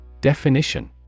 Definition